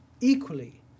equally